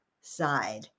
side